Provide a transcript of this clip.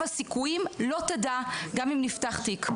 הסיכויים שהמערכת לא תדע גם אם נפתח תיק.